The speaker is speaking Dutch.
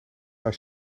als